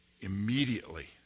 immediately